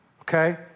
okay